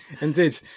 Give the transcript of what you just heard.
Indeed